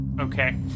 Okay